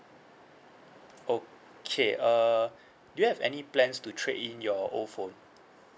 okay uh do you have any plans to trade in your old phone